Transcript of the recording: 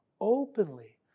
openly